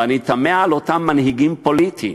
אבל אני תמה על אותם מנהיגים פוליטיים